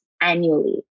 annually